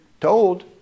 told